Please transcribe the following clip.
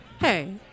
Hey